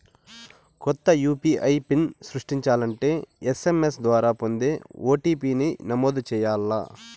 కొత్త UPI PIN సృష్టించాలంటే SMS ద్వారా పొందే ఓ.టి.పి.ని నమోదు చేయాల్ల